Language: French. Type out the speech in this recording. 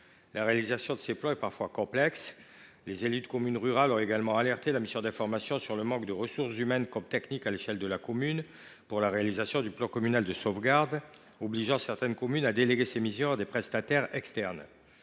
la réalisation de ces plans est parfois complexe :« Les élus de communes rurales ont également alerté la mission d’information sur le manque de ressources humaines comme techniques à l’échelle de la commune pour la réalisation du plan communal de sauvegarde, obligeant certaines communes à déléguer ces missions à des prestataires externes.